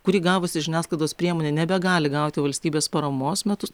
kurį gavusi žiniasklaidos priemonė nebegali gauti valstybės paramos metus